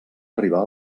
arribar